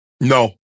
No